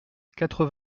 quatre